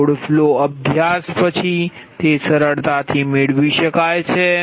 load flow અભ્યાસ પછી તે સરળતાથી મેળવી શકાય છે